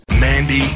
Mandy